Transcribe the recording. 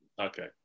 Okay